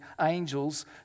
angels